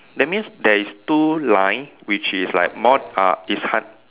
that means there is two line which is like more uh is hun~